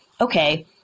Okay